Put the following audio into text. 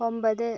ഒൻപത്